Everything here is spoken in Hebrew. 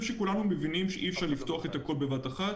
שכולנו מבינים שאי אפשר לפתוח הכול בבת אחת.